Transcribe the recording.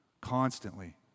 Constantly